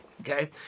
okay